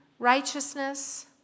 Righteousness